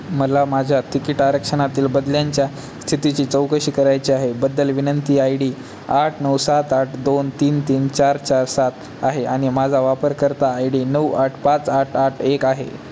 मला माझ्या तिकिट आरक्षणातील बदल्यांच्या स्थितीची चौकशी करायची आहे बद्दल विनंती आय डी आठ नऊ सात आठ दोन तीन तीन चार चार सात आहे आणि माझा वापरकर्ता आय डी नऊ आठ पाच आठ आठ एक आहे